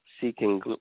seeking